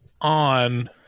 on